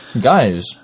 Guys